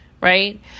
Right